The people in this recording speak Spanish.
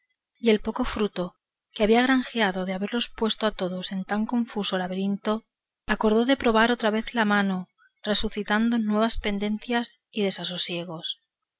y el poco fruto que había granjeado de haberlos puesto a todos en tan confuso laberinto acordó de probar otra vez la mano resucitando nuevas pendencias y desasosiegos